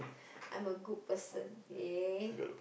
I'm a good person yay